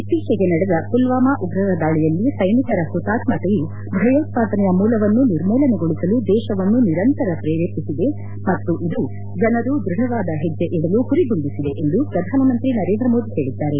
ಇತ್ತೀಚೆಗೆ ನಡೆದ ಪುಲ್ಲಾಮಾ ಉಗ್ರರ ದಾಳಿಯಲ್ಲಿ ಸ್ವೆನಿಕರ ಹುತಾತ್ಮತೆಯು ಭಯೋತ್ಸಾದನೆಯ ಮೂಲವನ್ನು ನಿರ್ಮೂಲನೆಗೊಳಿಸಲು ದೇಶವನ್ನು ನಿರಂತರ ಪ್ರೇರೇಪಿಸಿದೆ ಮತ್ತು ಇದು ಜನರು ದೃಢವಾದ ಹೆಜ್ಜೆ ಇಡಲು ಹುರಿದುಂಬಿಸಿದೆ ಎಂದು ಪ್ರಧಾನಮಂತ್ರಿ ನರೇಂದ್ರ ಮೋದಿ ಹೇಳಿದ್ದಾರೆ